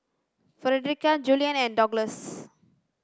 Frederica Julian and Douglas